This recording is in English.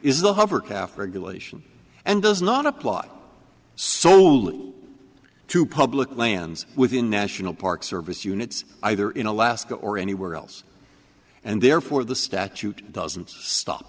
regulation and does not apply sold to public lands within national park service units either in alaska or anywhere else and therefore the statute doesn't stop